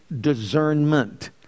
discernment